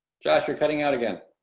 josh, you're cutting out again.